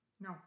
No